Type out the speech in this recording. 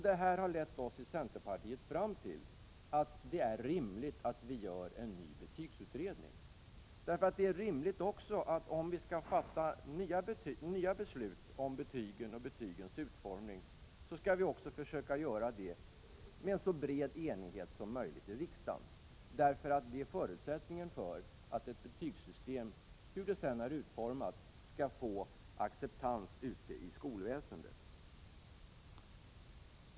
Det har lett oss i centerpartiet fram till att det är rimligt att göra en ny betygsutredning. Om riksdagen skall fatta nya beslut om betygen och betygens utformning, är det rimligt att försöka göra det med så bred enighet som möjligt. Det är förutsättningen för att ett betygssystem, hur det sedan än är utformat, skall få acceptans ute i skolväsendet.